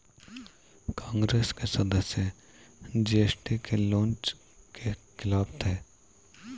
कांग्रेस के सदस्य जी.एस.टी के लॉन्च के खिलाफ थे